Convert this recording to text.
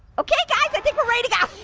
okay guys, i think we're ready to go.